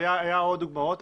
היו עוד דוגמאות.